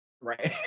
right